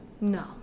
No